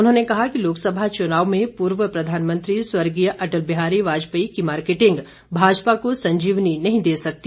उन्होंने कहा कि लोकसभा चुनाव में पूर्व प्रधानमंत्री स्वर्गीय अटल बिहारी वाजपेयी की मार्केटिंग भाजपा को संजीवनी नहीं दे सकती